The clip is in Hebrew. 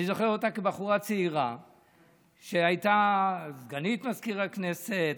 אני זוכר אותה כבחורה צעירה שהייתה סגנית מזכיר הכנסת,